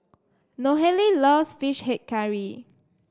Nohely loves fish head curry